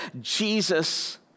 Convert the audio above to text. Jesus